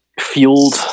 fueled